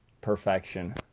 perfection